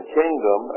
kingdom